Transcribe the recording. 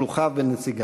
שלוחיו ונציגיו.